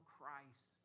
Christ